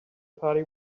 party